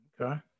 okay